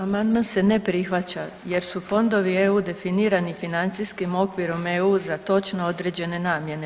Amandman se ne prihvaća jer su fondovi EU definirani financijskim okvirom EU za točno određene namjene.